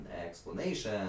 explanation